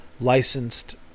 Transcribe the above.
licensed